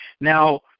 now